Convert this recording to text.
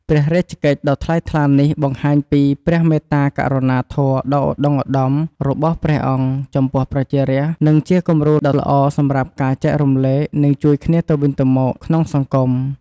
ព្រះរាជកិច្ចដ៏ថ្លៃថ្លានេះបង្ហាញពី ព្រះមេត្តាករុណាធម៌ដ៏ឧត្តុង្គឧត្តម របស់ព្រះអង្គចំពោះប្រជារាស្ត្រ និងជាគំរូដ៏ល្អសម្រាប់ការចែករំលែក និងជួយគ្នាទៅវិញទៅមកក្នុងសង្គម។